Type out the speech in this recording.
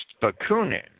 Bakunin